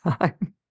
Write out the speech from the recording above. time